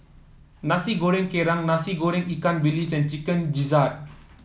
Nasi Goreng Kerang Nasi Goreng Ikan Bilis and Chicken Gizzard